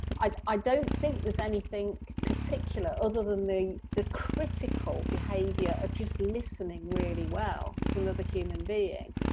i don't think there's anything particular other than the the critical behaviour of just listening really well to another human being.